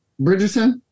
Bridgerton